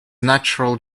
natural